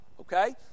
Okay